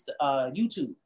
YouTube